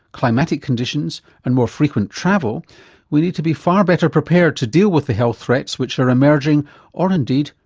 climatic conditions and more frequent travel we need to be far better prepared to deal with the health threats which are emerging or indeed,